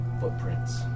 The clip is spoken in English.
footprints